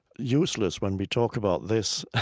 useless when we talk about this.